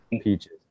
peaches